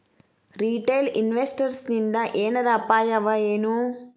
Retail ಇನ್ವೆಸ್ಟರ್ಸಿಂದಾ ಏನರ ಅಪಾಯವಎನು?